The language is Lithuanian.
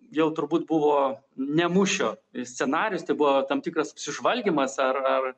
jau turbūt buvo ne mūšio scenarijus tai buvo tam tikras apsižvalgymas ar ar